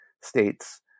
states